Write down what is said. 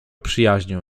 przyjaźnią